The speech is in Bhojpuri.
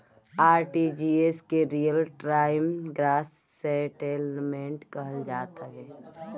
आर.टी.जी.एस के रियल टाइम ग्रॉस सेटेलमेंट कहल जात हवे